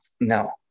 no